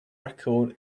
record